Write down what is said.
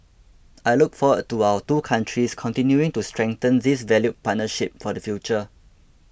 I look forward to our two countries continuing to strengthen this valued partnership for the future